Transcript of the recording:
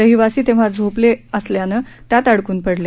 रहिवासी तेव्हा झोपले असल्यानं आत अडकून पडले